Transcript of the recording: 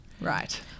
Right